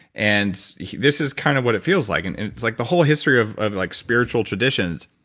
and this is kind of what it feels like and like. the whole history of of like spiritual traditions.